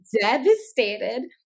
devastated